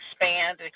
expand